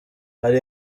hari